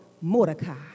Mordecai